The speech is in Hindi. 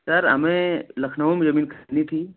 सर हमें लखनऊ में जमीन ख़रीदनी थी